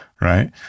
right